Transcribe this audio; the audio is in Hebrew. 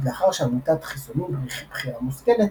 זאת לאחר שעמותת "חיסונים – בחירה מושכלת"